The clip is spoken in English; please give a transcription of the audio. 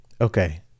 Okay